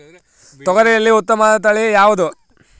ತೊಗರಿಯಲ್ಲಿ ಉತ್ತಮವಾದ ತಳಿ ಯಾವುದು?